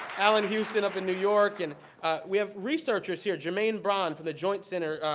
allan houston up in new york. and we have researchers here, jermaine brown from the joint center